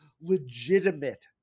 legitimate